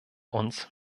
uns